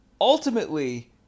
ultimately